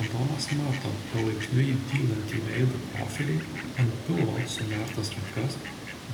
adomas mato palaipsniui dylantį veido profilį ant pilvo sunertas rankas